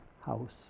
house